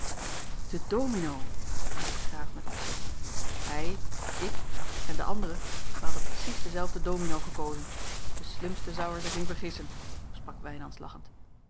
de domino riep de graaf met ontzetting hij ik en de andere wij hadden precies denzelfden domino gekozen de slimste zou er zich in vergissen sprak wijnands lachend